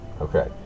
Okay